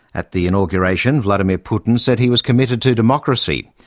at the inauguration, vladimir putin said he was committed to democracy.